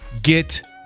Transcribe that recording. get